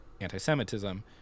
anti-Semitism